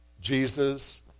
Jesus